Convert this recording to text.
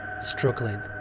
struggling